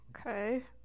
Okay